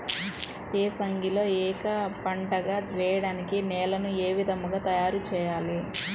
ఏసంగిలో ఏక పంటగ వెయడానికి నేలను ఏ విధముగా తయారుచేయాలి?